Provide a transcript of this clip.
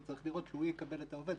וצריך לראות שהוא יקבל את העובד,